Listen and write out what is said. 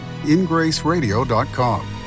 ingraceradio.com